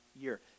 year